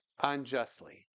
unjustly